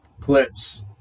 clips